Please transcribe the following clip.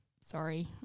Sorry